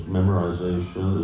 memorization